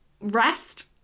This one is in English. rest